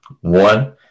one